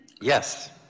Yes